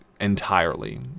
entirely